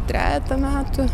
trejetą metų